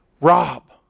Rob